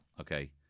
okay